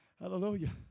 Hallelujah